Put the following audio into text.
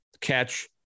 catch